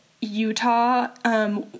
Utah